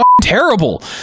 terrible